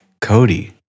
Cody